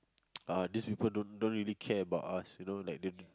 uh these people don't don't really care about us you know like they